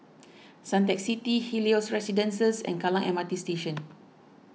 Suntec City Helios Residences and Kallang M R T Station